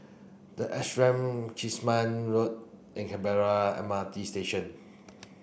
the Ashram Kismis Road and Canberra M R T Station